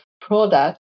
product